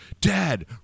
Dad